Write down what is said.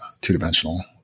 two-dimensional